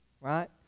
Right